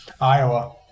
Iowa